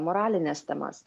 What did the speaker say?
moralines temas